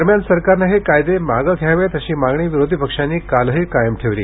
दरम्यान सरकारनं हे कायदे मागं घ्यावेत अशी मागणी विरोधी पक्षांनी कालही कायम ठेवली